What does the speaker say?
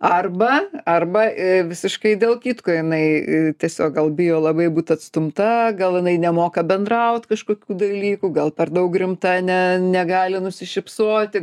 arba arba visiškai dėl kitko jinai tiesiog gal bijo labai būt atstumta gal jinai nemoka bendraut kažkokių dalykų gal per daug rimta ne negali nusišypsoti